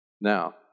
Now